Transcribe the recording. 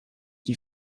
die